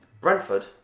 Brentford